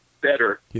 better